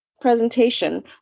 presentation